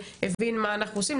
והבין מה אנחנו עושים.